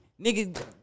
Nigga